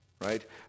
right